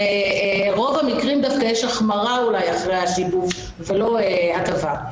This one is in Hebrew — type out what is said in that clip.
ברוב המקרים יש דווקא החמרה אחרי השיבוב ולא הטבה.